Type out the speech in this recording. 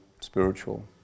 spiritual